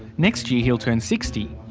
next year he'll turn sixty.